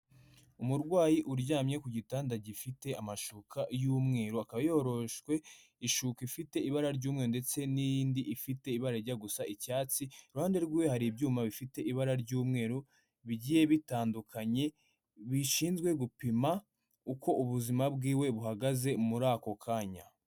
Umurwayi uryamye ku gitanda gifite amashuka y'umweru, akaba yoroshwe ishuka ifite ibara ry'umweru ndetse n'iyindi ifite ibara rijya gusa icyatsi, iruhande rwe hari ibyuma bifite ibara ry'umweru bigiye bitandukanye bishinzwe gupima uko ubuzima bw'iwe buhagaze muri ako kanya.